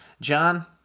John